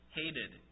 hated